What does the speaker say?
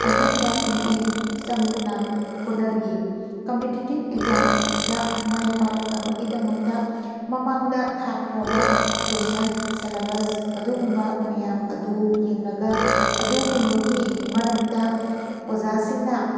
ꯑꯍꯦꯟꯕ ꯃꯤꯠꯌꯦꯡ ꯆꯪꯗꯨꯅ ꯍꯣꯠꯅꯕꯤ ꯀꯝꯄꯤꯇꯤꯇꯤꯞ ꯑꯦꯛꯖꯥꯝꯗ ꯃꯥꯏ ꯄꯥꯛꯂꯛꯅꯕꯒꯤꯗꯃꯛꯇ ꯃꯃꯥꯡꯗ ꯊꯥꯈ꯭ꯔꯕ ꯀꯣꯏꯁꯟ ꯁꯦꯂꯦꯕꯁ ꯑꯗꯨꯒꯨꯝꯕ ꯃꯌꯥꯝ ꯑꯗꯨ ꯌꯦꯡꯂꯒ ꯑꯗꯨꯒꯨꯝꯕꯒꯤ ꯃꯔꯝꯗ ꯑꯣꯖꯥꯁꯤꯡꯅ